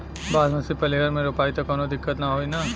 बासमती पलिहर में रोपाई त कवनो दिक्कत ना होई न?